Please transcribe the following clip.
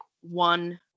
one